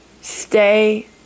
stay